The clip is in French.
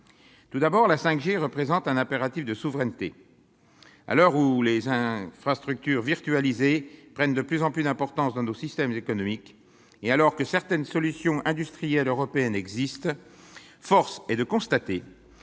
Tout d'abord, la 5G représente un impératif de souveraineté. À l'heure où les infrastructures virtualisées prennent de plus en plus d'importance dans nos systèmes économiques, et alors que certaines solutions industrielles européennes existent, force est de constater